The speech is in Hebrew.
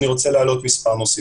אני רוצה להעלות מספר נושאים.